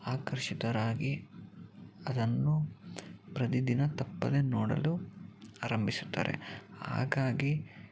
ಆಕರ್ಷಿತರಾಗಿ ಅದನ್ನು ಪ್ರತಿದಿನ ತಪ್ಪದೇ ನೋಡಲು ಆರಂಭಿಸುತ್ತಾರೆ ಹಾಗಾಗಿ